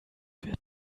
wird